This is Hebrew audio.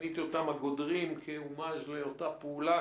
כיניתי אותם הגודרים כהומאז' לאותה פעולה,